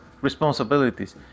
responsibilities